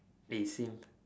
eh same